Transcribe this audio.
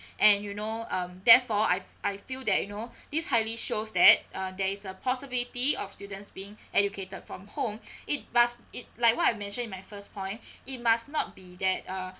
and you know um therefore I I feel that you know these highly shows that uh there is a possibility of students being educated from home it must it like what I mentioned in my first point it must not be that uh